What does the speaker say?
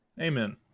Amen